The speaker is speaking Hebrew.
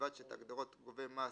ובלבד שאת ההגדרות "גובה מס",